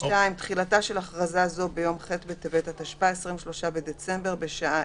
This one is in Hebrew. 2. תחילתה של הכרזה זו ביום ח' בטבת התשפ"א (23 בדצמבר 2020) בשעה